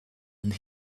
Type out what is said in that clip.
and